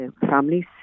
families